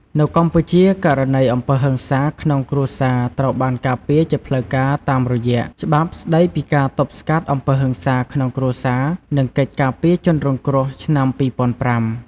នៅកម្ពុជា ករណីអំពើហិង្សាក្នុងគ្រួសារត្រូវបានការពារជាផ្លូវការតាមរយៈ “ច្បាប់ស្ដីពីការទប់ស្កាត់អំពើហិង្សាក្នុងគ្រួសារ និងកិច្ចការពារជនរងគ្រោះ” ឆ្នាំ ២០០៥។